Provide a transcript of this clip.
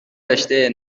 رشتهء